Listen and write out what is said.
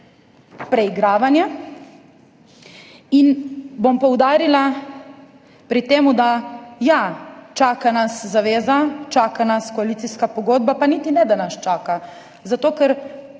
preigravanje. Pri tem bom poudarila, da ja, čaka nas zaveza, čaka nas koalicijska pogodba, pa niti ne, da nas čaka, zato ker